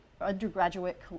undergraduate